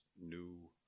new